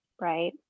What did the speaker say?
right